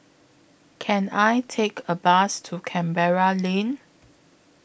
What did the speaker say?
Can I Take A Bus to Canberra Lane